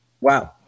Wow